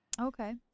Okay